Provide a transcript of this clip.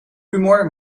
humor